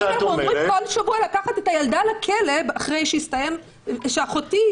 הוא יכול לקחת את הילדה לבקר את אבא בכלא.